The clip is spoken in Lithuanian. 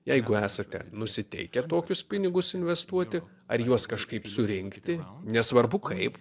jeigu esate nusiteikę tokius pinigus investuoti ar juos kažkaip surinkti nesvarbu kaip